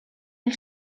hil